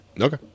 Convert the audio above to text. okay